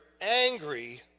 angry